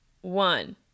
one